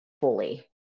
fully